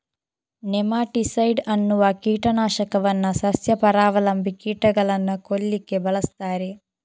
nematicide ಅನ್ನುವ ಕೀಟ ನಾಶಕವನ್ನ ಸಸ್ಯ ಪರಾವಲಂಬಿ ಕೀಟಗಳನ್ನ ಕೊಲ್ಲಿಕ್ಕೆ ಬಳಸ್ತಾರೆ